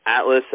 Atlas